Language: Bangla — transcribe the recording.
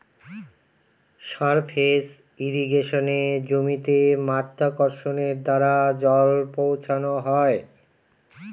সারফেস ইর্রিগেশনে জমিতে মাধ্যাকর্ষণের দ্বারা জল পৌঁছানো হয়